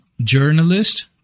journalist